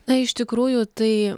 na iš tikrųjų tai